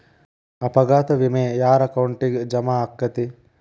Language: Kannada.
ಅಪಘಾತ ವಿಮೆ ಯಾರ್ ಅಕೌಂಟಿಗ್ ಜಮಾ ಆಕ್ಕತೇ?